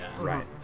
Right